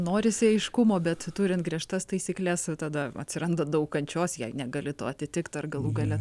norisi aiškumo bet turint griežtas taisykles tada atsiranda daug kančios jei negali to atitikt ar galų gale